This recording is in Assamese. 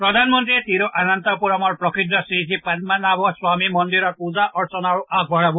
প্ৰধানমন্ত্ৰীয়ে তিৰুৱনন্তপুৰমৰ প্ৰসিদ্ধ শ্ৰীপদ্মনাভস্বামী মন্দিৰত পুজা অৰ্চনাও আগবঢ়াব